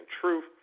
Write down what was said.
truth